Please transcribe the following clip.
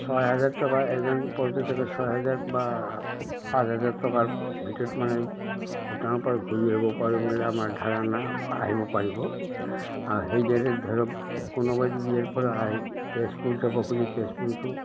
ছয় হাজাৰ টকাৰ এজন পৰ্যটকে ছয় হাজাৰ বা পাঁচ হাজাৰ টকাৰ ভিতৰত মানে ভূটানৰ পৰা ঘূৰি আহিব পাৰিব বুলি আমাৰ ধাৰণা আহিব পাৰিব আৰু সেইদৰে ধৰক কোনোবাই যদি ইয়াৰ পৰা আহে তেজপুৰ যাব খোজে তেজপুৰটো